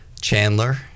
Chandler